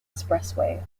expressway